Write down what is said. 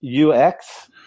UX